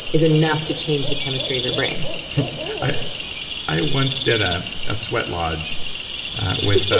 is enough to change the chemistry of your brain i i once did a sweat lodge with. but